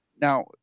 Now